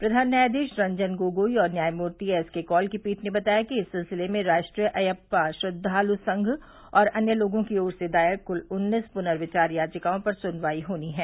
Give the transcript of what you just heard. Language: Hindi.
प्रधान न्यायाधीश रंजन गोगोई और न्यायमूर्ति एस के कौल की पीठ ने बताया कि इस सिलसिले में राष्ट्रीय अयपा श्रद्वालु संघ और अन्य लोगों की ओर से दायर कुल उन्नीस पुनर्विचार याचिकाओं पर सुनवाई होनी है